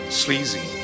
sleazy